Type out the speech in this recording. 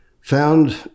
found